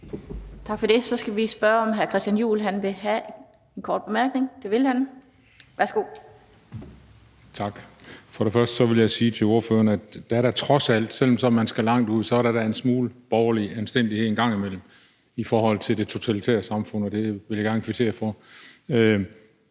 Tak for det. Så skal jeg spørge, om hr. Christian Juhl vil have en kort bemærkning. Det vil han. Værsgo. Kl. 20:04 Christian Juhl (EL): Tak. For det første vil jeg sige til ordføreren, at der da trods alt, selv om man skal langt ud, er en smule borgerlig anstændighed en gang imellem i forhold til det totalitære samfund, og det vil jeg gerne kvittere for.